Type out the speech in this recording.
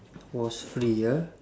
was free ah